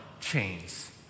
chains